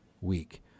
week